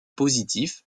positifs